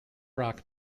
rock